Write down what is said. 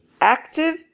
active